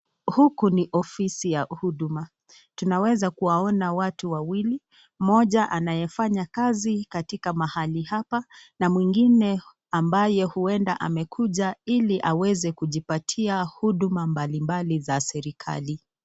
Huku ni ofisi ya huduma, tunaweza kuwaona watu wawili, mmoja anayefanya kazi katika mahali hapa na mwingine ambaye huenda amekuja ili aweze kujipatia huduma mbalimbali za serikali.